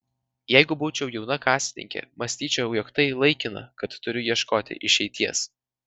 jeigu būčiau jauna kasininkė mąstyčiau jog tai laikina kad turiu ieškoti išeities